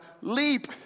leap